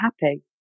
happy